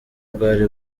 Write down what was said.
bwari